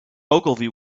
ogilvy